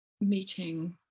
meeting